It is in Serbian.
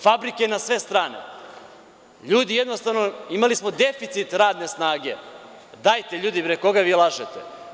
Fabrike na sve strane, ljudi jednostavno, imali smo deficit radne snage, dajte ljudi bre koga vi lažete?